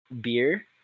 beer